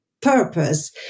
purpose